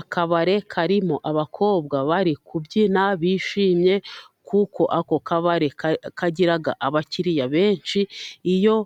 Akabare karimo abakobwa bari kubyina bishimye kuko ako kabare kagira abakiriya benshi . Iyo